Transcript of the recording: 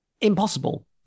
impossible